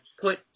put